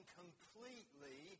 completely